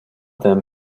them